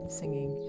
singing